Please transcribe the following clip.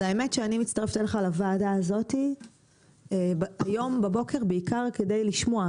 האמת שאני מצטרפת אליך לוועדה הזאת היום בבוקר בעיקר כדי לשמוע.